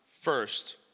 first